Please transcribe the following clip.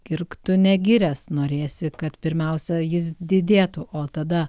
girk tu negiręs norėsi kad pirmiausia jis didėtų o tada